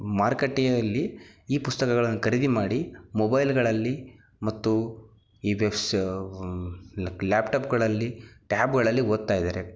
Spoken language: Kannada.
ಮಾರುಕಟ್ಟೆಯಲ್ಲಿ ಈ ಪುಸ್ತಕಗಳನ್ನು ಕರೀದಿ ಮಾಡಿ ಮೊಬೈಲ್ಗಳಲ್ಲಿ ಮತ್ತು ಈ ವೆಬ್ಸ್ ಲ್ಯಾಪ್ಟಾಪ್ಗಳಲ್ಲಿ ಟ್ಯಾಬ್ಗಳಲ್ಲಿ ಓದ್ತಾ ಇದ್ದಾರೆ